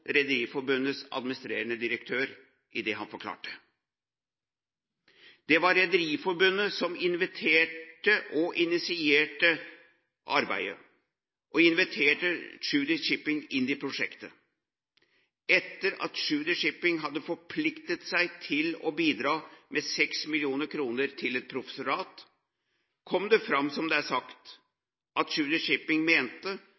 Rederiforbundets administrerende direktør i det han forklarte. Det var Rederiforbundet som inviterte og initierte arbeidet, som inviterte Tschudi Shipping inn i prosjektet. Etter at Tschudi Shipping hadde forpliktet seg til å bidra med 6 mill. kr til et professorat, kom det fram – som det er sagt – at Tschudi Shipping mente